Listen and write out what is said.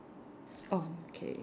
orh K